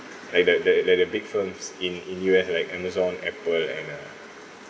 like the the the the big firms in in U_S like Amazon Apple and uh